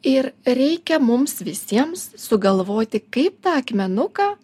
ir reikia mums visiems sugalvoti kaip tą akmenuką